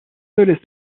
seule